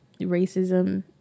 racism